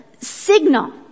signal